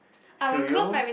should you